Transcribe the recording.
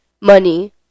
money